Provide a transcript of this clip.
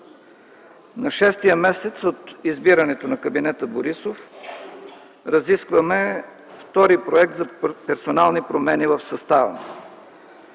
На шестия месец от избирането на кабинета Борисов разискваме втори проект за персонални промени в състава